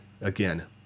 again